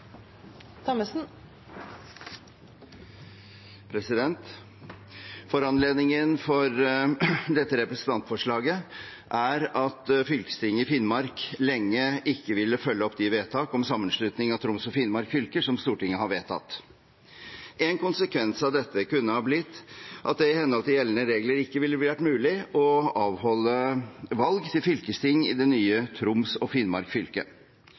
at fylkestinget i Finnmark lenge ikke ville følge opp de vedtak om sammenslutning av Troms og Finnmark fylker som Stortinget har fattet. En konsekvens av dette kunne ha blitt at det i henhold til gjeldende regler ikke ville blitt mulig å avholde valg til fylkesting i det nye Troms og Finnmark fylke.